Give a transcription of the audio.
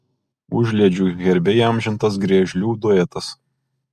užliedžių herbe įamžintas griežlių duetas